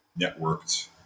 networked